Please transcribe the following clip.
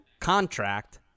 contract